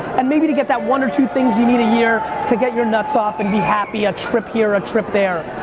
and maybe to get that one or two things you need a year to get your nuts off and be happy, a trip here, a trip there,